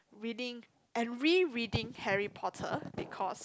reading and re reading Harry-Potter because